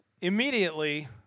immediately